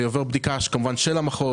זה יעבור כמובן בדיקה של המחוז,